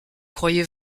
croyez